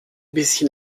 bisschen